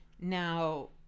Now